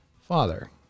Father